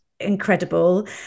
incredible